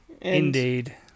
Indeed